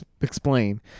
explain